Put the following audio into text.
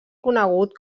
conegut